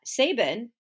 Saban